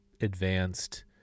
advanced